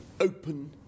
open